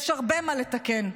יש הרבה מה לתקן,